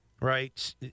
right